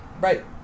Right